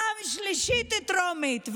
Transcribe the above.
פעם שלישית טרומית,